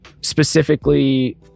specifically